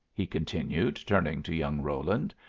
he continued, turning to young roland,